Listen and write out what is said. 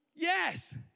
Yes